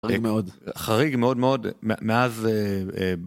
חריג מאוד, חריג מאוד מאוד, מ.. מאז אה..